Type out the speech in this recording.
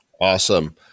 Awesome